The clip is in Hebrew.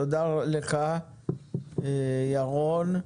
תודה לך, ירון.